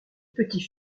petit